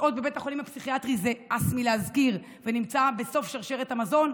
לשהות בבית החולים הפסיכיאטרי זה הס מלהזכיר ונמצא בסוף שרשרת המזון,